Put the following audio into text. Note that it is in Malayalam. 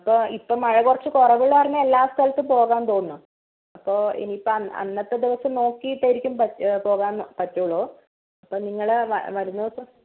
അപ്പോൾ ഇപ്പം മഴ കുറച്ച് കുറവുള്ളത് കാരണം എല്ലാ സ്ഥലത്തും പോകാം തോന്നുന്നു അപ്പോൾ ഇനിയിപ്പം അന്നത്തെ ദിവസം നോക്കിയിട്ടായിരിക്കും പ പോകാൻ പോകാൻ പറ്റുള്ളൂ അപ്പോൾ നിങ്ങൾ വരുന്ന ദിവസം